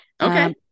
Okay